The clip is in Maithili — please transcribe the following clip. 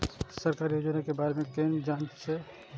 सरकारी योजना के बारे में केना जान से?